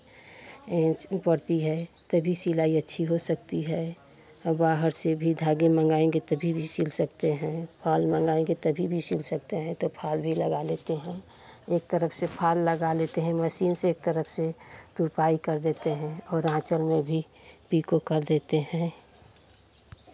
पड़ती है तभी सिलाई अच्छी हो सकती है बाहर से भी धागे मँगाएँगे तभी भी सिल सकते हैं फाल मँगाएँगे तभी भी सिल सकते हैं तो फाल भी लगा लेते हैं एक तरफ़ से फाल लगा लेते हैं मसीन से एक तरफ़ से तुरपाई कर देते हैं और आँचल में भी पीको कर देते हैं